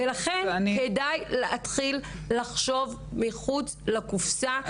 ולכן כדאי להתחיל לחשוב מחוץ לקופסה,